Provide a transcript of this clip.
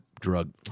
drug